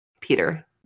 Peter